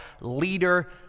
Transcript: leader